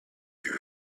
you